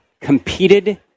competed